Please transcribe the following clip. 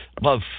love